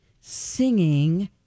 singing